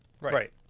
Right